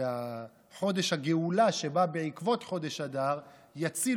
וחודש הגאולה שבא בעקבות חודש אדר יציל,